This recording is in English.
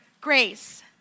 grace